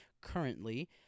currently